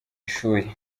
ishuri